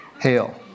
hail